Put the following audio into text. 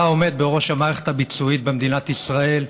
אתה עומד בראש המערכת הביצועית במדינת ישראל,